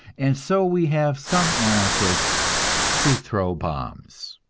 and so we have some anarchists who throw bombs.